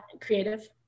Creative